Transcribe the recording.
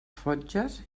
fotges